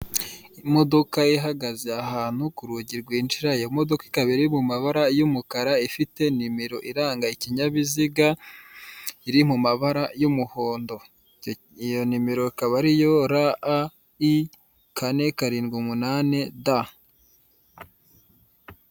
Imodoka ihagaze ahantu ku rugi rwinjira, iyo modoka ikaba iri mabara y'umukara ifite nimero iranga ikinyabiziga iri mu mabara y'umuhondo, iyo nimero ikaba ariyo ra a i kane karindwi munani da.